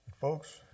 Folks